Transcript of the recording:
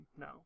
No